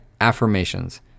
affirmations